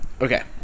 Okay